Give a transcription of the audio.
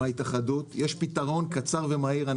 יש פתרון קצר ומהיר.